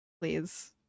Please